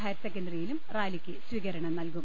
higher സെക്കൻററിയിലും റാലിക്ക് സ്വീകരണം നൽകും